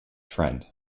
friend